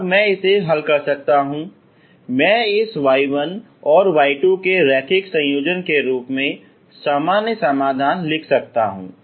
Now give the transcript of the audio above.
तब मैं इसे हल कर सकता हूं मैं इस y1 और y2 के रैखिक संयोजन के रूप में सामान्य समाधान लिख सकता हूं